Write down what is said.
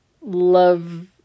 love